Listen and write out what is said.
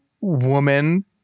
woman